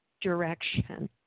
direction